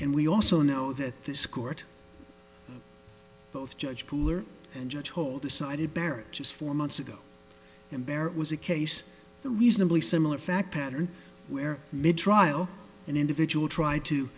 and we also know that this court both judge pooler and judge hole decided barrett just four months ago and there was a case that reasonably similar fact pattern where mid trial an individual tr